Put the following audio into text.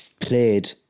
played